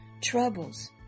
troubles